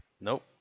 nope